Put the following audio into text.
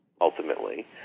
ultimately